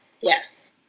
Yes